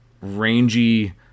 Rangy